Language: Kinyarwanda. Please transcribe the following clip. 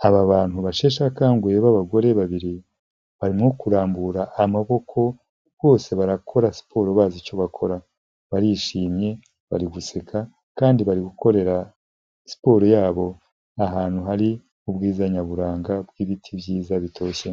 hari abantu basheshe akanguye bagore babiri, barimo kurambura amaboko, bose barakora siporo bazi icyo bakora. Barishimye bari guseka, kandi bari gukorera siporo yabo ahantu hari ubwiza nyaburanga bw'ibiti byiza bitoshye.